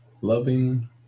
loving